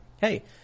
Hey